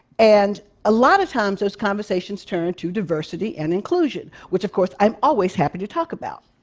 and a lot of times those conversations turn to diversity and inclusion, which, of course, i'm always happy to talk about.